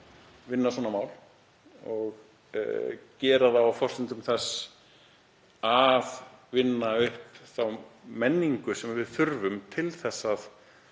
vinna svona mál og gera það á forsendum þess að vinna upp þá menningu sem við þurfum til að